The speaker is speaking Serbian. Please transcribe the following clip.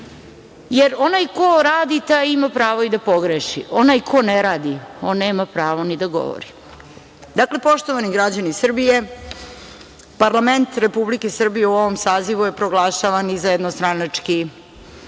Jer, onaj ko radi, taj ima pravo i da pogreši. Onaj ko ne radi, on nema pravo ni da govori. Dakle, poštovani građani Srbije, parlament Republike Srbije u ovom sazivu je proglašavan i za jednostranački